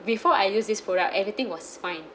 before I use this product everything was